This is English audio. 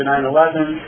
9-11